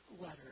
letter